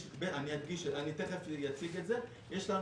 לא,